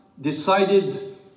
decided